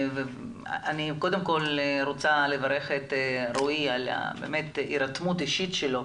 אני קודם כל רוצה לברך את רועי על ההירתמות האישית שלו.